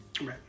Right